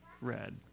red